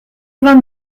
vingt